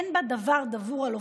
אין בה דבר דבור על אופניו.